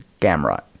gamrot